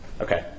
Okay